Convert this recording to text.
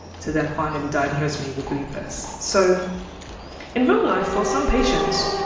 to then finally diagnosed me with lupus. so in real life for some patients,